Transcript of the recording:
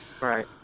Right